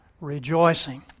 rejoicing